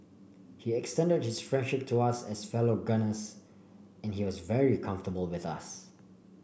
he extended his friendship to us as fellow gunners and he was very comfortable with us